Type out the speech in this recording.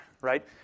right